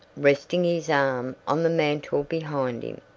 resting his arm on the mantel behind him,